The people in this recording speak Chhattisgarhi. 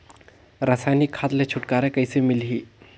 रसायनिक खाद ले छुटकारा कइसे मिलही?